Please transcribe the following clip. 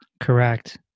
Correct